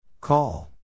Call